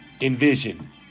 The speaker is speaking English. envision